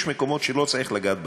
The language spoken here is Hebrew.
יש מקומות שלא צריך לגעת בהם,